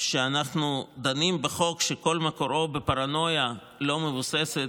שבהם אנחנו דנים בחוק שכל מקורו הוא בפרנויה לא מבוססת,